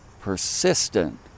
persistent